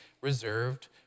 reserved